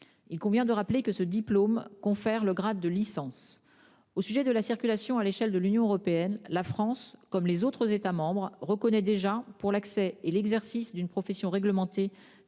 Il convient de rappeler que ce diplôme confère le grade de licence. Pour la circulation à l'échelle de l'Union européenne, la France, comme les autres États membres, reconnaît déjà pour l'accès et l'exercice d'une profession réglementée,